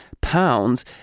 pounds